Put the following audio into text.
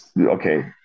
Okay